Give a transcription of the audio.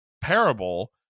parable